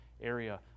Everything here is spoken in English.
area